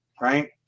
right